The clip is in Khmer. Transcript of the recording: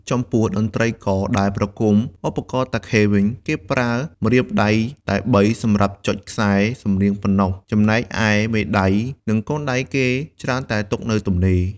ចំពោះតន្ត្រីករដែលប្រគំឧបករណ៍តាខេវិញ គេប្រើម្រាមដៃតែបី សម្រាប់ចុចខ្សែសំនៀងប៉ុណ្ណោះ ចំណែកឯមេដៃ និងកូនដៃគេច្រើនតែទុកនៅទំនេរ។